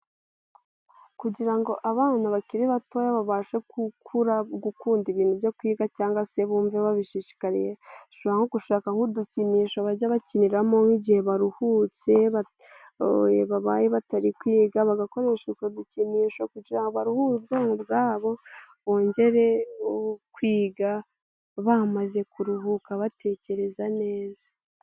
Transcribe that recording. Kugira ngo abana bakiri batoya babashe gukura, gukunda ibintu byo kwiga, cyangwa se bumve babishishikariye, ushobora gushaka nk'udukinisho bajya bakiniraho, nk'igihe baruhutse, babaye batari kwiga, bagakoresha utwo dukinisho, kugira ngo baruhure ubwenge bwabo, bongere kwiga, bamaze kuruhuka batekereza neza.